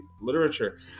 literature